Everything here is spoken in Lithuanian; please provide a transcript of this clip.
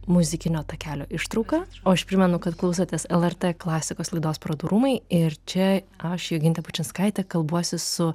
muzikinio takelio ištrauką o aš primenu kad klausotės lrt klasikos laidos parodų rūmai ir čia aš jogintė bučinskaitė kalbuosi su